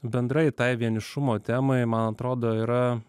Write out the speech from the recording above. bendrai tai vienišumo temai man atrodo yra